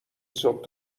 صبح